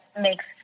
makes